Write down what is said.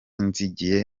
nzigiye